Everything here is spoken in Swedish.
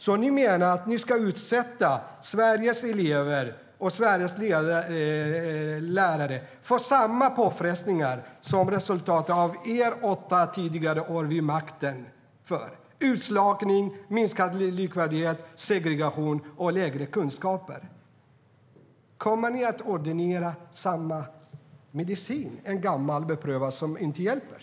Ni menar alltså att ni ska utsätta Sveriges elever och lärare för samma påfrestningar som resultatet av era åtta år vid makten visar: utslagning, minskad likvärdighet, segregation och längre kunskaper.